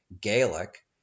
Gaelic